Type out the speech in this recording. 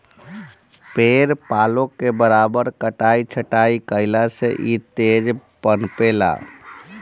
पेड़ पालो के बराबर कटाई छटाई कईला से इ तेज पनपे ला